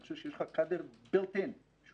אני חושב שיש לך קאדר שהוא פרופסיונלי,